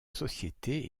société